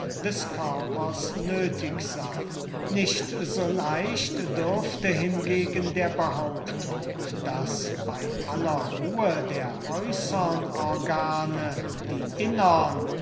des körpers nöthig sey nicht so leicht dürfte hingegen der behauptung daß bey aller ruhe der äußern organe die innern